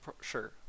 Sure